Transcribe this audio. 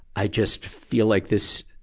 i just feel like this,